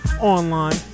online